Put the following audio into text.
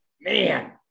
Man